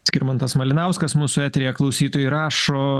skirmantas malinauskas mūsų eteryje klausytojai rašo